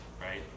Right